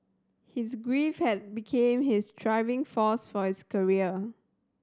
his grief had became his driving force for his career